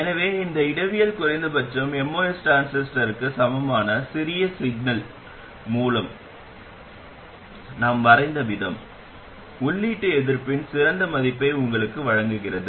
எனவே இந்த இடவியல் குறைந்தபட்சம் MOS டிரான்சிஸ்டருக்குச் சமமான சிறிய சிக்னல் மூலம் நாம் வரைந்த விதம் உள்ளீட்டு எதிர்ப்பின் சிறந்த மதிப்பை உங்களுக்கு வழங்குகிறது